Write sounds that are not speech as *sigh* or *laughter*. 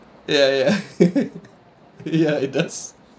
ya ya ya *laughs* ya it does